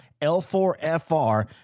L4FR